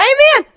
Amen